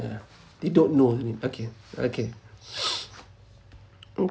yeah they don't know they need okay okay